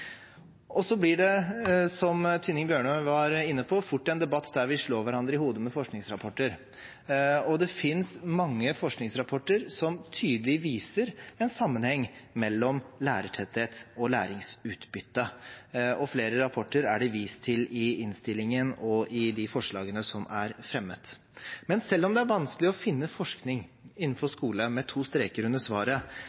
Så blir det – som representanten Tynning Bjørnø var inne på – fort en debatt der vi slår hverandre i hodet med forskningsrapporter. Det finnes mange forskningsrapporter som tydelig viser en sammenheng mellom lærertetthet og læringsutbytte. Flere rapporter er det vist til i innstillingen og i de forslagene som er fremmet. Men selv om det er vanskelig å finne forskning innenfor